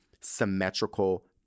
symmetrical